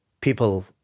people